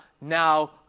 now